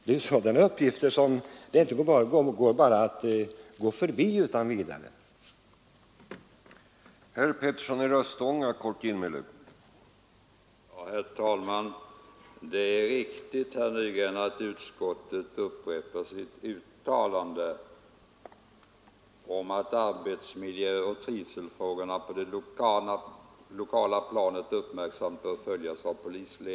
Det är sådana uppgifter som det inte är möjligt att utan vidare gå förbi.